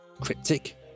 cryptic